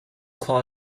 claw